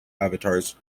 avatars